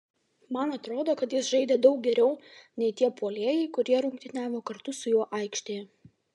man atrodo kad jis žaidė daug geriau nei tie puolėjai kurie rungtyniavo kartu su juo aikštėje